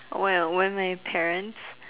well when my parents